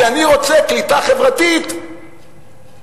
כי אני רוצה קליטה חברתית שאגב,